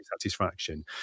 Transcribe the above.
satisfaction